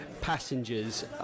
passengers